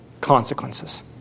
consequences